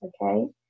Okay